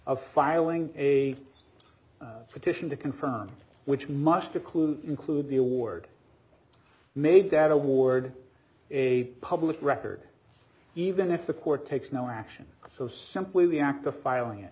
of filing a petition to confirm which must a clue to include the award made that award a public record even if the court takes no action so simply the act of filing it